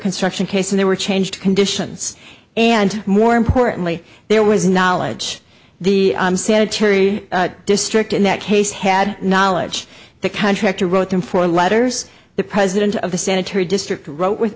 construction case and they were changed conditions and more importantly there was knowledge the sanitary district in that case had knowledge the contractor wrote them for letters the president of the sanitary district wrote w